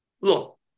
look